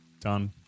Done